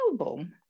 album